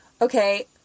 okay